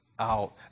out